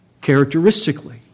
characteristically